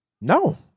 No